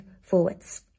forwards